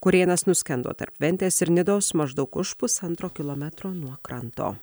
kurėnas nuskendo tarp ventės ir nidos maždaug už pusantro kilometro nuo kranto